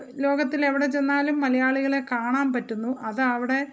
ലോകത്തിൽ എവിടെ ചെന്നാലും മലയാളികളെ കാണാൻ പറ്റുന്നു അത് അവിടെ